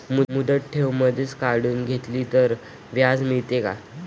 मुदत ठेव मधेच काढून घेतली तर व्याज मिळते का?